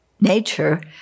nature